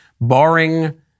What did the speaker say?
barring